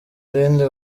rindi